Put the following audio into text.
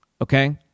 okay